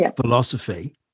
philosophy